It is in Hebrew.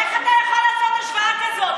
איך אתה יכול לעשות השוואה כזאת?